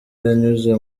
yanyuze